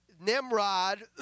Nimrod